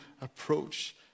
approach